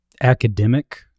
academic